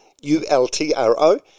U-L-T-R-O